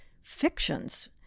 fictions